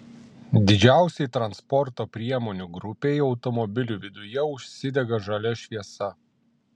didžiausiai transporto priemonių grupei automobilių viduje užsidega žalia šviesa